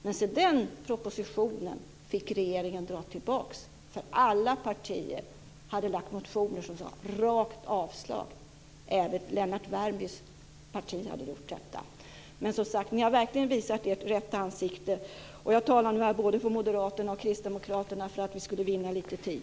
Men den propositionen fick regeringen ta tillbaka. Alla partier hade lagt motioner som sade: Rakt avslag. Även Lennart Värmbys parti hade gjort detta. Men, som sagt, ni har verkligen visat ert rätta ansikte. Jag talade nu för både Moderaterna och Kristdemokraterna för att vi skulle vinna lite tid.